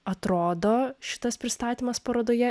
atrodo šitas pristatymas parodoje